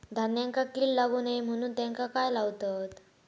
धान्यांका कीड लागू नये म्हणून त्याका काय लावतत?